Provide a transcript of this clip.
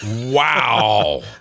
wow